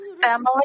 family